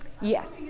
Yes